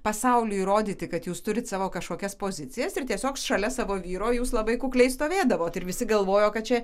pasauliui įrodyti kad jūs turit savo kažkokias pozicijas ir tiesiog šalia savo vyro jūs labai kukliai stovėdavot ir visi galvojo kad čia